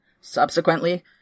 subsequently